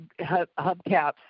hubcaps